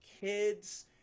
kids